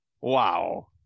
Wow